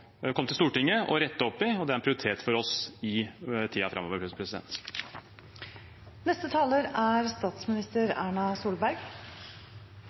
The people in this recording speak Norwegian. komme til Stortinget og rette opp i, og det er en prioritet for oss i tiden framover.